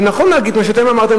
ונכון להגיד מה שאתם אמרתם,